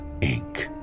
Inc